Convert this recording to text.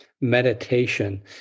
meditation